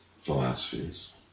philosophies